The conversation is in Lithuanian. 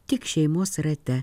tik šeimos rate